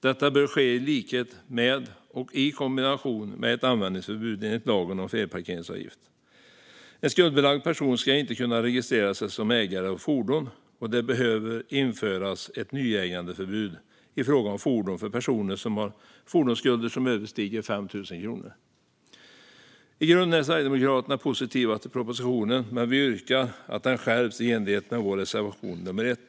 Detta bör ske i kombination med ett användningsförbud enligt lagen om felparkeringsavgift. En skuldbelagd person ska inte kunna registrera sig som ägare till fordon, och det behöver införas ett förbud mot att bli ny ägare till fler fordon för personer som har fordonsskulder som överstiger 5 000 kronor. I grunden är Sverigedemokraterna positiva till propositionen, men vi yrkar på att den skärps i enlighet med vår reservation nr 1.